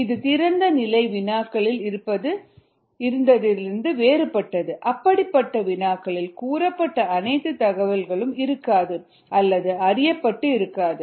இது திறந்தநிலை வினாக்களில் இருந்து வேறுபட்டது அப்படிப்பட்ட வினாக்களில் கூறப்பட்ட அனைத்து தகவல்களையும் கொண்டிருக்காது அல்லது அறியப்பட்டு இருக்காது